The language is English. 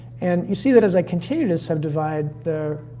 and you see that as i continue to subdivide the,